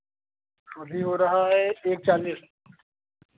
अभी हो रहा है एक चालिस